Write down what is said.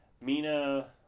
Mina